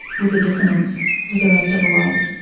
with the dissonance with the rest of the world,